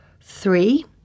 three